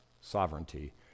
sovereignty